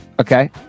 Okay